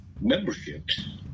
memberships